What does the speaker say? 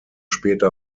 später